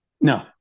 No